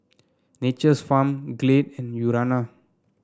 Nature's Farm Glade and Urana